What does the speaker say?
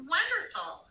Wonderful